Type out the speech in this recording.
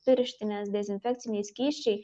pirštinės dezinfekciniai skysčiai